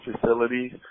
facilities